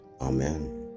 Amen